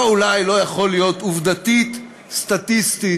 לא "אולי", לא "יכול להיות" עובדתית, סטטיסטית,